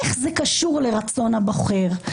איך זה קשור לרצון הבוחר,